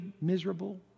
miserable